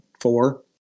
four